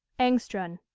engstrand.